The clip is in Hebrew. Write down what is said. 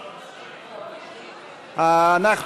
לא, אלקטרוני.